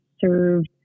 served